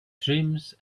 trims